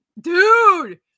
Dude